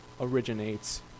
originates